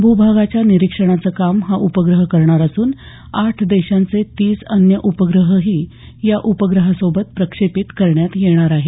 भूभागाच्या निरीक्षणाचं काम हा उपग्रह करणार असून आठ देशांचे तीस अन्य उपग्रहही या उपग्रहासोबत प्रक्षेपित करण्यात येणार आहेत